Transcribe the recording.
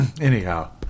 Anyhow